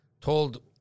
told